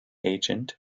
agent